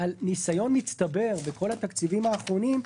על ניסיון מצטבר בכל התקציבים האחרונים,